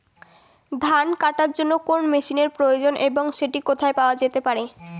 ধান কাটার জন্য কোন মেশিনের প্রয়োজন এবং সেটি কোথায় পাওয়া যেতে পারে?